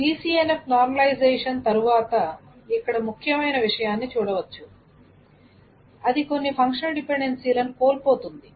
BCNF normalization తరువాత ఇక్కడ ముఖ్యమైన విషయాన్ని చూడవచ్చు అది కొన్ని ఫంక్షనల్ డిపెండెన్సీలను కోల్పోతుంది